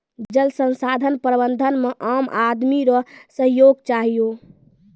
जल संसाधन प्रबंधन मे आम आदमी रो सहयोग चहियो